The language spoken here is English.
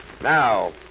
Now